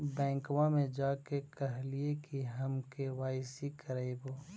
बैंकवा मे जा के कहलिऐ कि हम के.वाई.सी करईवो?